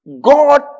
God